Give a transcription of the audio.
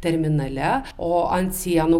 terminale o ant sienų